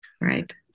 Right